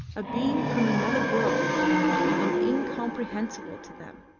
a being from another world and incomprehensible to them.